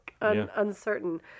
uncertain